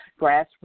grassroots